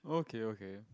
okay okay